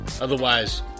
otherwise